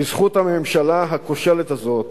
"בזכות" הממשלה הכושלת הזאת,